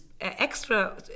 extra